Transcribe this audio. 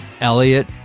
Elliot